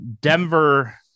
Denver